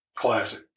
Classic